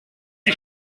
die